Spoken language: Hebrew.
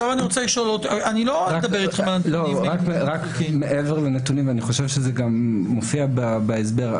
מעבר לנתונים, אני חושב שזה גם מופיע בהסבר.